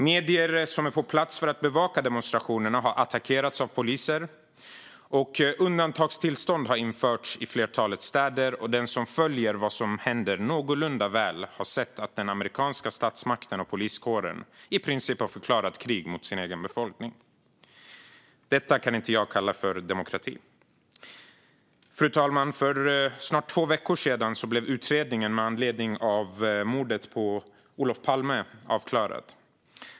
Medier som är på plats för att bevaka demonstrationerna har attackerats av poliser. Undantagstillstånd har införts i ett flertal städer, och den som följer vad som händer någorlunda väl har sett att den amerikanska statsmakten och poliskåren i princip har förklarat krig mot sin egen befolkning. Detta kan jag inte kalla demokrati. Fru talman! För snart två veckor sedan blev utredningen med anledning av mordet på Olof Palme avklarad.